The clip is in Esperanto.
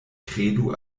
kredu